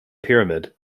pyramid